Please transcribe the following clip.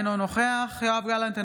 אינו נוכח יואב גלנט,